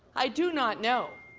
i do not know.